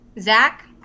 Zach